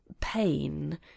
pain